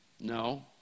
No